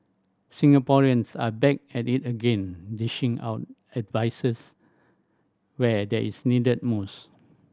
Singaporeans are back at it again dishing out advices where that is needed most